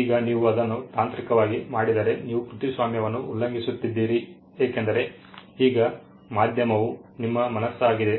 ಈಗ ನೀವು ಅದನ್ನು ತಾಂತ್ರಿಕವಾಗಿ ಮಾಡಿದರೆ ನೀವು ಕೃತಿಸ್ವಾಮ್ಯವನ್ನು ಉಲ್ಲಂಘಿಸುತ್ತಿದ್ದೀರಿ ಏಕೆಂದರೆ ಈಗ ಮಾಧ್ಯಮವು ನಿಮ್ಮ ಮನಸ್ಸಾಗಿದೆ